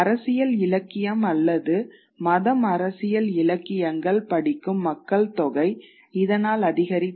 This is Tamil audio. அரசியல் இலக்கியம் அல்லது மதம் அரசியல் இலக்கியங்கள் படிக்கும் மக்கள்தொகை இதனால் அதிகரித்தது